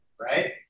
right